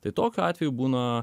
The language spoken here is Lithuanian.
tai tokiu atveju būna